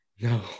no